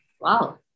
Wow